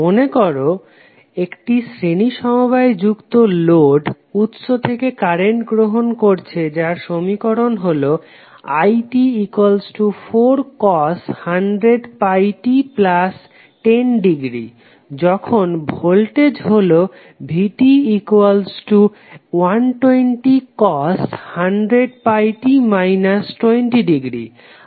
মনেকরা যাক একটি শ্রেণী সমবায়ে যুক্ত লোড উৎস থেকে কারেন্ট গ্রহন করছে যার সমীকরণ হলো it4cos 100πt10° যখন ভোল্টেজ হলো vt120cos 100πt 20°